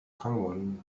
common